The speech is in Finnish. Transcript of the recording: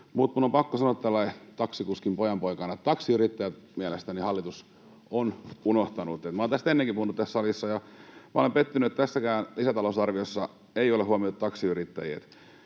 Mutta minun on pakko sanoa taksikuskin pojanpoikana, että taksiyrittäjät mielestäni hallitus on unohtanut. Olen tästä ennenkin puhunut tässä salissa, ja olen pettynyt, että tässäkään lisätalousarviossa ei ole huomioitu taksiyrittäjiä.